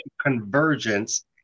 convergence